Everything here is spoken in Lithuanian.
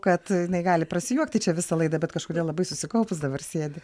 kad jinai gali prasijuokti čia visą laidą bet kažkodėl labai susikaupus dabar sėdi